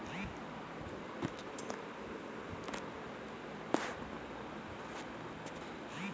विश्लेषण मुख्य रूप से तीन प्रकार रो हुवै छै आर्थिक रसायनिक राजनीतिक